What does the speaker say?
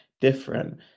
different